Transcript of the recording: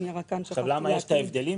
למה יש את ההבדלים?